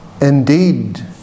Indeed